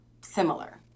similar